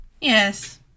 Yes